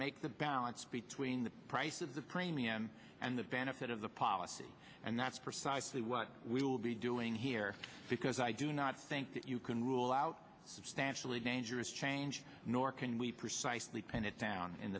make the balance between the price of the premium and the benefit of the policy and that's precisely what we will be doing here because i do not think that you can rule out substantially dangerous change nor can we precisely pin it down in